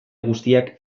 guztiak